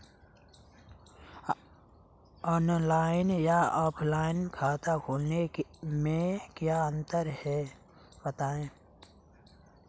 Online या offline खाता खोलने में क्या अंतर है बताएँ?